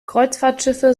kreuzfahrtschiffe